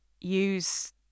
use